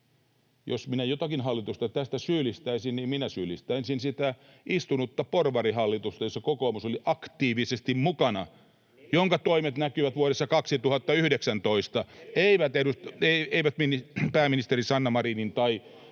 jos minä jotakin hallitusta tästä syyllistäisin, niin syyllistäisin sitä istunutta porvarihallitusta, jossa kokoomus oli aktiivisesti mukana ja jonka toimet näkyvät vuodessa 2019! [Timo Heinonen: 14.4.2019 tuli